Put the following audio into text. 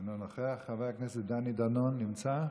אינו נוכח, חבר הכנסת דני דנון, לא נמצא.